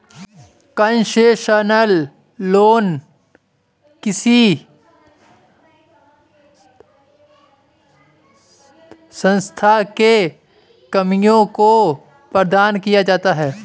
concessional loan किसी संस्था के कर्मियों को प्रदान किया जाता है